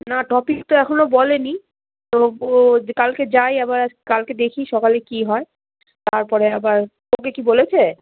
না টপিক তো এখনো বলে নি তো বো কালকে যাই আবার কালকে দেখি সকালে কী হয় তারপরে আবার তোকে কি বলেছে